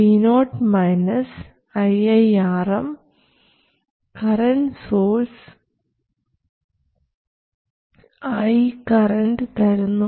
vo iiRm current source I current തരുന്നു